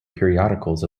periodicals